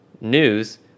news